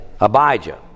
Abijah